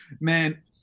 man